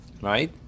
Right